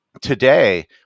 Today